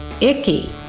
icky